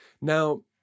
Now